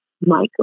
Michael